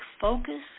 focus